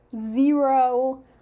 zero